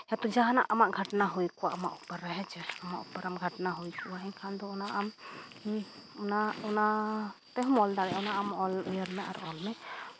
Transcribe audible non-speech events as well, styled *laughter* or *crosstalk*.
ᱦᱮᱸᱛᱚ ᱡᱟᱦᱟᱱᱟᱜ ᱟᱢᱟᱜ ᱜᱷᱚᱴᱚᱱᱟ ᱦᱩᱭ ᱠᱚᱜᱼᱟ ᱟᱢᱟᱜ *unintelligible* ᱦᱮᱸᱪᱮ ᱯᱚᱨᱚᱢ ᱜᱷᱚᱴᱚᱱᱟ ᱦᱩᱭ ᱠᱚᱜᱼᱟ ᱮᱱᱠᱷᱟᱱ ᱫᱚ ᱚᱱᱟ ᱟᱢ *unintelligible* ᱚᱱᱟ ᱛᱮᱦᱚᱸᱢ ᱚᱞ ᱫᱟᱲᱭᱟᱜᱼᱟ ᱚᱱᱟ ᱟᱢ ᱚᱞ ᱤᱭᱟᱹ ᱩᱭᱦᱟᱹᱨ ᱢᱮ ᱟᱨ ᱚᱞ ᱢᱮ